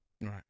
Right